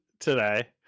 today